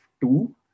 two